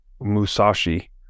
Musashi